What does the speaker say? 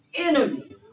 enemy